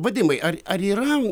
vadimai ar ar yra